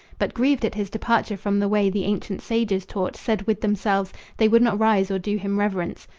but grieved at his departure from the way the ancient sages taught, said with themselves they would not rise or do him reverence.